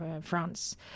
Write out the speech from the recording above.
France